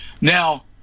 Now